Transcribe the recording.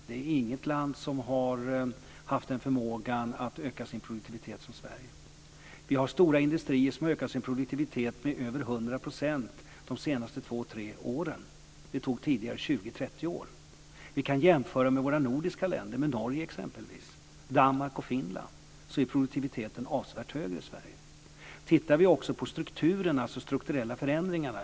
Det är inget land som har haft en förmåga att öka sin produktivitet som Sverige. Vi har stora industrier som har ökat sin produktivitet med över 100 % de senaste två, tre åren. Det tog tidigare 20-30 år. Vi kan jämföra med våra nordiska länder, t.ex. Norge, Danmark och Finland. Produktiviteten är avsevärt högre i Sverige. Vi kan också titta på de strukturella förändringarna.